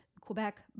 Quebec